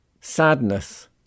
Sadness